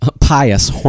pious